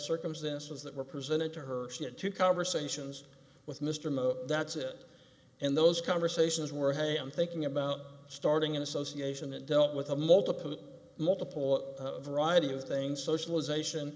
circumstances that were presented to her she had two conversations with mr that's it and those conversations were hey i'm thinking about starting an association that dealt with a multiple multiple variety of things socialization